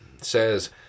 says